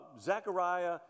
Zechariah